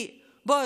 כי בוא,